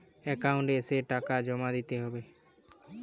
Account এসে টাকা জমা দিতে হবে?